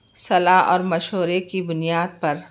صلاح اور مشورے کی بنیاد پر